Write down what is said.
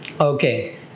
okay